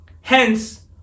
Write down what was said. Hence